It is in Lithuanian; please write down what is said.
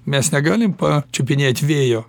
mes negalim pačiupinėt vėjo